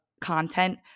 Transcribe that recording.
content